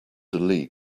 lee